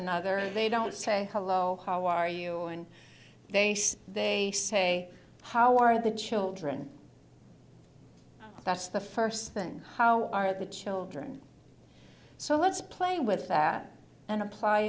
another they don't say hello how are you and they say they say how are the children that's the first thing how are the children so let's play with that and apply